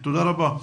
תודה רבה.